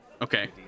okay